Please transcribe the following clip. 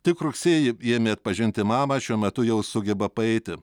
tik rugsėjį ji ėmė atpažinti mamą šiuo metu jau sugeba paeiti